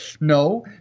No